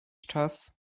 czas